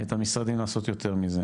את המשרדים לעשות יותר מזה.